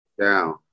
down